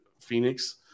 Phoenix